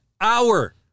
hour